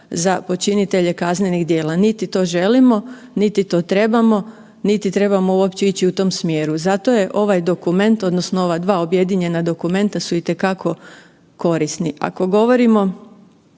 za počinitelje kaznenih djela, niti to želimo, niti to trebamo, niti trebamo uopće ići u tom smjeru. Zato je ovaj dokument odnosno ova dva objedinjena dokumenta su itekako korisni. Ako govorimo